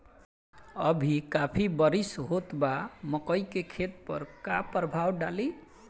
अभी काफी बरिस होत बा मकई के खेत पर का प्रभाव डालि?